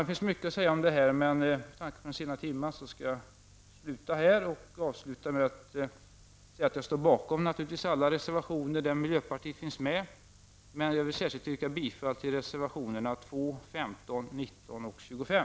Det finns mycket mer att säga om detta, men med tanke på denna sena timme skall jag avsluta mitt anförande med att säga att jag naturligtvis stöder alla reservationer där miljöpartiet fanns med. Jag nöjer mig dock med att yrka bifall till reservationerna 2, 15, 19 och 25.